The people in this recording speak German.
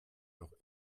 noch